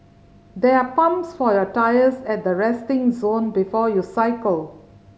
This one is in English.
there are pumps for your tyres at the resting zone before you cycle